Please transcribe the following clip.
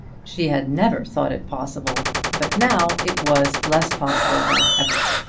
she had never thought it possible but now it was less possible than ever.